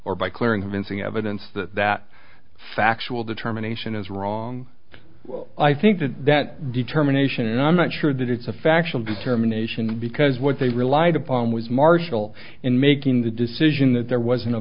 or by clearing of insane evidence that that factual determination is wrong i think that that determination and i'm not sure that it's a factual determination because what they relied upon was marshall in making the decision that there was